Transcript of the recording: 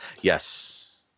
Yes